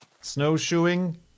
Snowshoeing